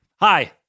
Hi